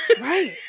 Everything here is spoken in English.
Right